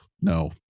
No